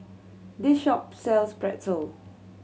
this shop sells Pretzel